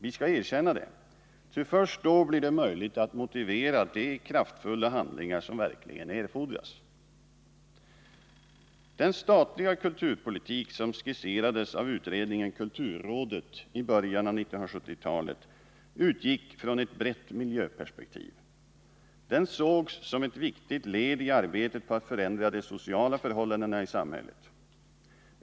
Vi skall erkänna detta, ty först då blir det möjligt att motivera de kraftfulla handlingar som verkligen erfordras. Den statliga kulturpolitik som skisserades av utredningen kulturrådet i början av 1970-talet utgick från ett brett miljöperspektiv. Den sågs som ett viktigt led i arbetet på att förändra de sociala förhållandena i samhället.